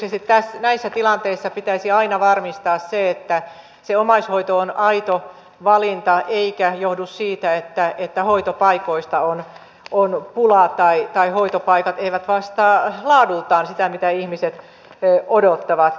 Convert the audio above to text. erityisesti näissä tilanteissa pitäisi aina varmistaa se että omaishoito on aito valinta eikä johdu siitä että hoitopaikoista on pulaa tai hoitopaikat eivät vastaa laadultaan sitä mitä ihmiset odottavat